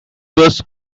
was